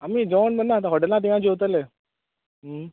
आमी जेवोण कन्ना आतां हॉटेला थिंगां जोवतले